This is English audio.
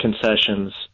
concessions